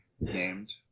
named